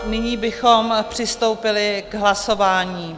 Nyní bychom přistoupili k hlasování.